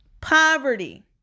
Poverty